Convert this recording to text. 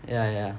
ya ya